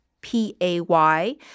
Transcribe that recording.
P-A-Y